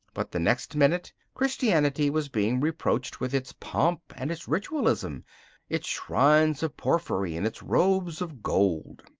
but the next minute christianity was being reproached with its pomp and its ritualism its shrines of porphyry and its robes of gold.